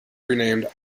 renamed